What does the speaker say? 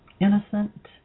innocent